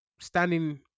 standing